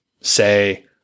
say